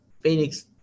Phoenix